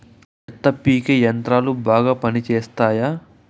చెత్త పీకే యంత్రాలు బాగా పనిచేస్తాయా?